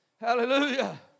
Hallelujah